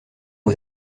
aux